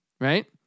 right